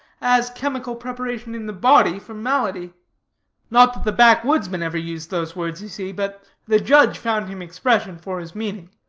as chemical preparation in the body for malady not that the backwoodsman ever used those words, you see, but the judge found him expression for his meaning.